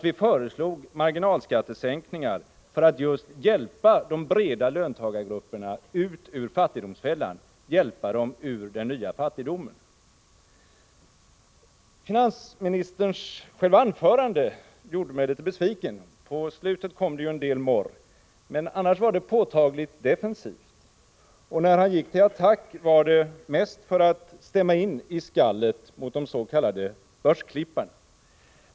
Vi föreslog marginalskattesänkningar för att hjälpa just de breda löntagargrupperna ut ur fattigdomsfällan, ur den nya fattigdomen. Finansministerns anförande gjorde mig litet besviken. På slutet kom det en del morr, men annars var det påtagligt defensivt. När han gick till attack var det mest för att stämma in i skallet mot des.k. börsklipparna.